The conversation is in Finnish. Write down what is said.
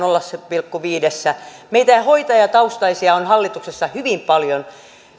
nolla pilkku viidessä meitä hoitajataustaisia on hallituksessa hyvin paljon